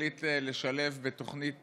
החליט לשלב בתוכנית